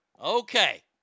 Okay